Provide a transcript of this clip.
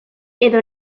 edo